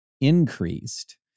increased